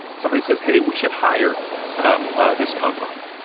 somebody says, hey, we should hire this company.